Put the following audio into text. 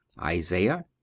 Isaiah